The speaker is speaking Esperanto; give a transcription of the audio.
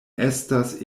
estas